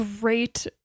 great